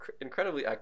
incredibly